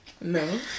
No